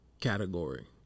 category